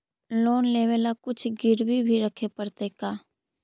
Loan लेबे ल कुछ गिरबी भी रखे पड़तै का?